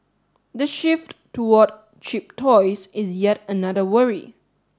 the shift toward cheap toys is yet another worry